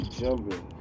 jumping